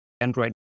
Android